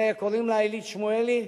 וקוראים לה הילית שמואלי.